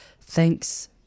Thanks